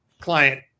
client